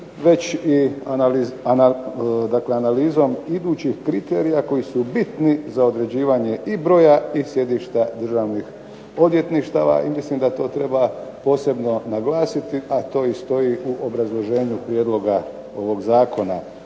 već i analizom idućih kriterija koji su bitni za određivanje i broja i sjedišta državnih odvjetništava i mislim da to treba posebno naglasiti, a i to stoji u posebnom obrazloženju ovoga zakona.